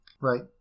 Right